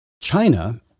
China